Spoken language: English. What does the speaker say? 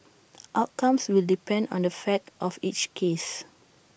outcomes will depend on the fact of each case